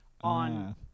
on